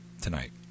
tonight